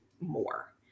more